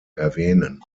erwähnen